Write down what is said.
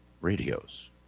radios